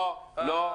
לא, לא.